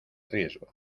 riesgo